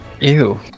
ew